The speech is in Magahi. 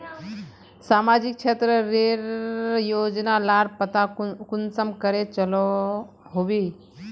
सामाजिक क्षेत्र रेर योजना लार पता कुंसम करे चलो होबे?